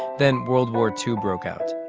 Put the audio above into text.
then world war two broke out.